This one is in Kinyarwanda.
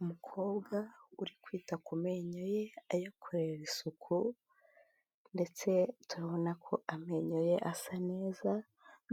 Umukobwa uri kwita ku menyo ye ayakerera isuku, ndetse turabona ko amenyo ye asa neza,